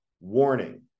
WARNING